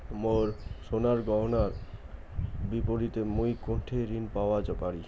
মোর সোনার গয়নার বিপরীতে মুই কোনঠে ঋণ পাওয়া পারি?